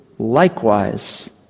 Likewise